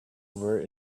were